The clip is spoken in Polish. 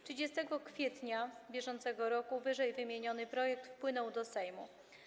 30 kwietnia br. ww. projekt wpłynął do Sejmu.